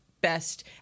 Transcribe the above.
best